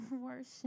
Worship